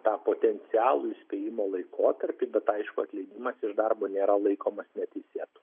tą potencialų įspėjimo laikotarpį bet aišku atleidimas iš darbo nėra laikomas neteisėtu